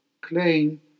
claim